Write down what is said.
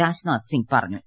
രാജ്നാഥ് സിങ് പറഞ്ഞു